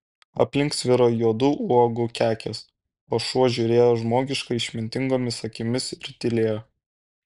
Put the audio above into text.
aplink sviro juodų uogų kekės o šuo žiūrėjo žmogiškai išmintingomis akimis ir tylėjo